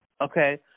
okay